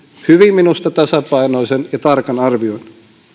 hyvin tasapainoisen ja tarkan arvion